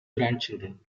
grandchildren